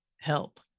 help